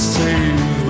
save